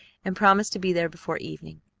and promised to be there before evening.